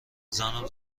زنم